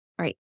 right